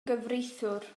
gyfreithiwr